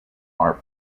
are